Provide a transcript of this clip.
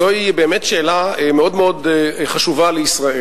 זו באמת שאלה מאוד חשובה לישראל.